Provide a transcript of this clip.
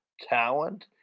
talent